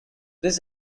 this